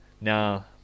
Now